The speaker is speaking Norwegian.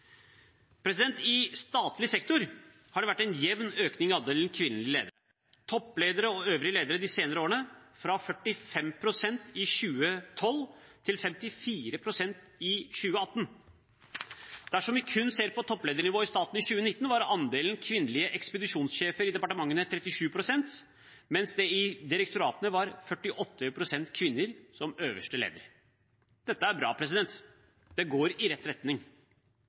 I statlig sektor har det vært en jevn økning av andelen kvinnelige ledere, toppledere og øvrige ledere de senere årene, fra 45 pst. i 2012 til 54 pst. i 2018. Dersom vi kun ser på toppledernivået i staten i 2019, var andelen kvinnelige ekspedisjonssjefer i departementene 37 pst., mens det i direktoratene var 48 pst. kvinner som øverste leder. Dette er bra – det går i riktig retning.